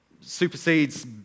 supersedes